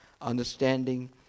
understanding